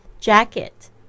Jacket